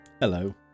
Hello